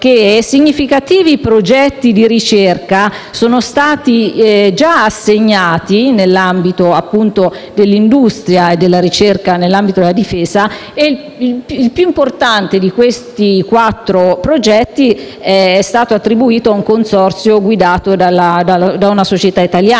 significativi progetti di ricerca sono stati già assegnati appunto nei settori dell'industria e della ricerca in materia di difesa e che il più importante di questi quattro progetti è stato attribuito ad un consorzio guidato da una società italiana.